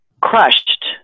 crushed